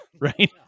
Right